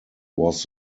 was